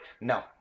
No